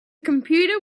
computer